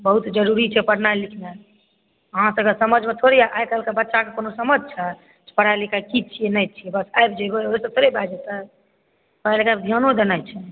बहुत जरुरी छै पढ़नाइ लिखनाइ अहाँकेॅं समझमे थोड़े आयत आइकाल्हिके बच्चाकेँ कोनो समझ छै पढ़ाई लिखाई की छियै नहि छियै बस आबि जेबै आबै से थोड़े भए जेतै पढ़ाई लिखाई पर ध्यानो देनाइ छै